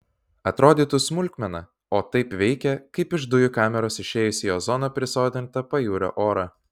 atrodytų smulkmena o taip veikia kaip iš dujų kameros išėjus į ozono prisodrintą pajūrio orą